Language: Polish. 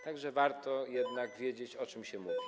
Tak że warto jednak wiedzieć, o czym się mówi.